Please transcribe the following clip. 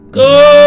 go